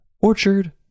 Orchard